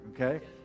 okay